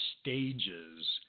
stages